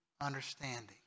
understanding